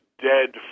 dead